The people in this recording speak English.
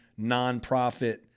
nonprofit